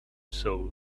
soul